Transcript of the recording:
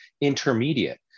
intermediate